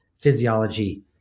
physiology